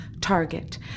target